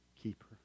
keeper